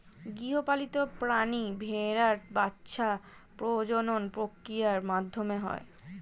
গৃহপালিত প্রাণী ভেড়ার বাচ্ছা প্রজনন প্রক্রিয়ার মাধ্যমে হয়